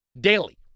daily